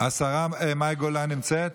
השרה מאי גולן נמצאת?